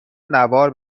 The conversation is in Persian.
نوار